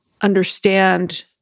understand